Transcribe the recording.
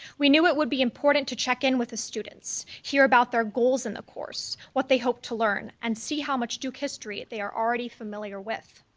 we knew it would be important to check in with the students, hear about their goals in the course, what they hope to learn and see how much duke history they are already familiar with.